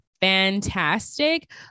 fantastic